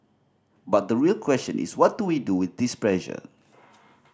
but the real question is what do we do with this pressure